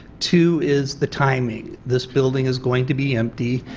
two, is the timing. this building is going to be empty,